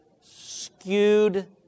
skewed